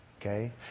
Okay